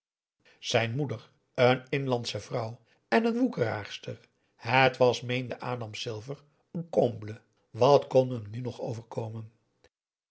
zijn moeder een inlandsche vrouw en een woekeraarster het was meende adam silver een comble wat kon hem nu nog overkomen